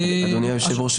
אדוני היושב-ראש,